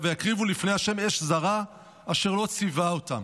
"וַיַּקְרִבוּ לפני ה' אש זרה אשר לא צִוָּה אותם".